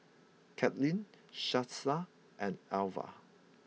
Katelin Shasta and Elvia